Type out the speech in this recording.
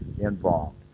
involved